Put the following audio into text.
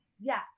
yes